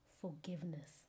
forgiveness